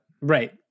right